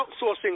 outsourcing